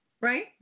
Right